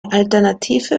alternative